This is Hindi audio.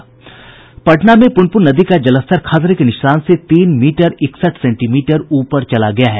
पटना में पुनपुन नदी का जलस्तर खतरे के निशान से तीन मीटर इकसठ सेंटीमीटर ऊपर चला गया है